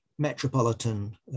Metropolitan